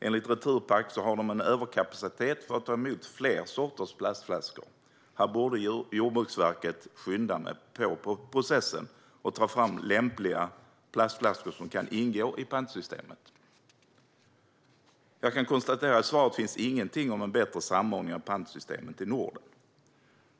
Enligt Returpack har de en överkapacitet för att ta emot fler sorters plastflaskor. Här borde Jordbruksverket skynda på processen och ta fram lämpliga plastflaskor som kan ingå i pantsystemet. Jag kan konstatera att det i svaret inte fanns någonting om en bättre samordning av pantsystemet i Norden.